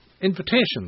invitations